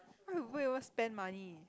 why would people even spend money